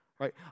Right